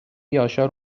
یاشار